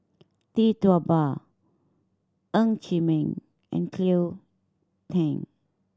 Tee Tua Ba Ng Chee Meng and Cleo Thang